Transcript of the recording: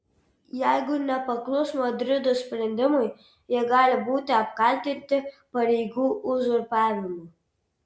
jeigu nepaklus madrido sprendimui jie gali būti apkaltinti pareigų uzurpavimu